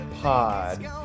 pod